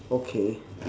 okay